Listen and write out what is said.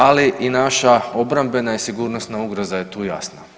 Ali i naša obrambena i sigurnosna ugroza je tu jasna.